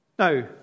Now